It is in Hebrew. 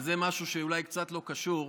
וזה משהו שאולי קצת לא קשור,